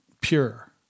pure